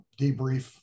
debrief